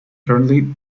currently